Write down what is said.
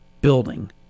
building